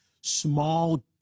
small